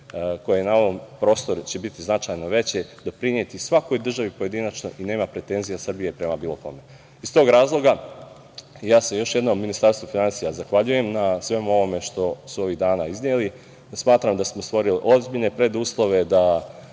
koje će na ovom prostoru biti značajno veće doprineti svakoj državi pojedinačno i nema pretenzija Srbije prema bilo kome. Iz tog razloga ja se još jednom Ministarstvu finansija zahvaljujem na svemu ovome što su ovih dana izneli. Smatram da smo stvorili ozbiljne preduslove da